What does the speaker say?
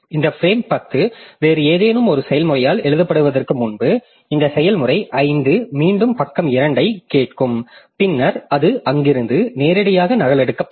இந்த பிரேம் 10 வேறு ஏதேனும் ஒரு செயல்முறையால் எழுதப்படுவதற்கு முன்பு இந்த செயல்முறை 5 மீண்டும் பக்கம் 2 ஐக் கேட்கும் பின்னர் அது அங்கிருந்து நேரடியாக நகலெடுக்கப்படும்